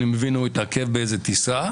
אני מבין שהוא התעכב באיזה טיסה.